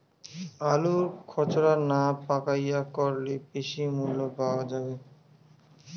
আলু খুচরা না পাইকারি করলে বেশি মূল্য পাওয়া যাবে?